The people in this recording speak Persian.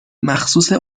مخصوص